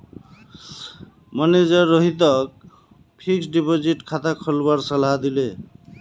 manager रोहितक fixed deposit खाता खोलवार सलाह दिले